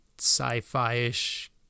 sci-fi-ish